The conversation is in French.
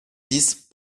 dix